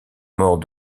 mort